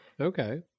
Okay